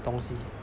东西